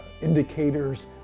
indicators